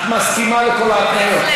את מסכימה לכל ההתניות?